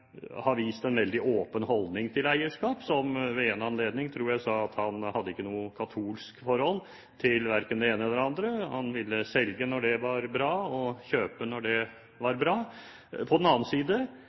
uttalelser vist en veldig åpen holdning til eierskap, og ved en anledning tror jeg han sa at han ikke hadde noe katolsk forhold til verken det ene eller det andre, han ville selge når det var bra, og kjøpe når det var